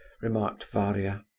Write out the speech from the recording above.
remarked varia.